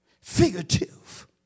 Figurative